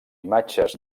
imatges